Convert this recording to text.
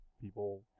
people